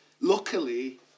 Luckily